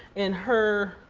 and her